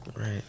Right